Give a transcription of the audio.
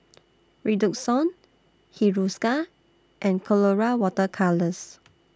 Redoxon Hiruscar and Colora Water Colours